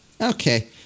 Okay